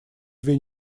две